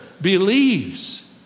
believes